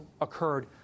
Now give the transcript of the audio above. occurred